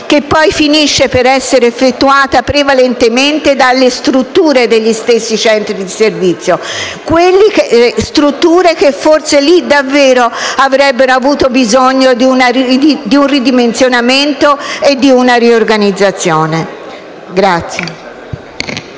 che poi finisce per essere effettuata prevalentemente dalle strutture degli stessi centri di servizio; strutture che - queste sì - forse avrebbero avuto davvero bisogno di un ridimensionamento e di una riorganizzazione.